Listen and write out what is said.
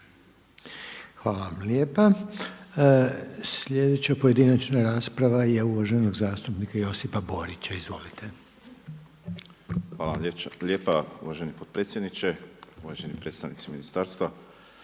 Hvala lijepa. Sljedeća pojedinačna rasprava je uvaženog zastupnika Josipa Borića. Izvolite. **Borić, Josip (HDZ)** Hvala vam lijepa uvaženi potpredsjedniče, uvaženi predstavnici ministarstva.